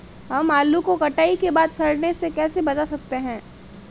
हम आलू को कटाई के बाद सड़ने से कैसे बचा सकते हैं?